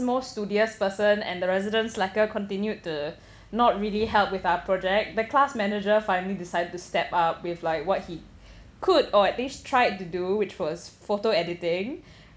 most studious person and the resident slacker continued to not really help with our project the class manager finally decided to step up with like what he could or at least tried to do which was photo editing